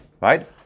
Right